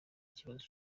ikibazo